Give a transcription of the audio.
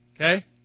Okay